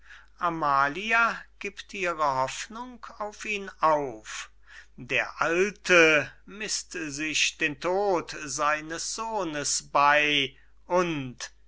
amalia gibt ihre hoffnung auf ihn auf der alte mißt sich den tod seines sohnes bey und